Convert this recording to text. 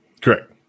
Correct